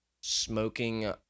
smoking